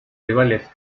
rivales